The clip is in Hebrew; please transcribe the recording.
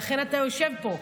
לכן אתה יושב פה,